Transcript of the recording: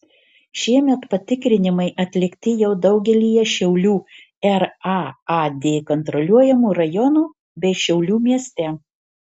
šiemet patikrinimai atlikti jau daugelyje šiaulių raad kontroliuojamų rajonų bei šiaulių mieste